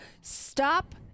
Stop